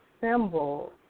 symbol